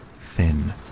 thin